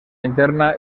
interna